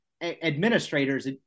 administrators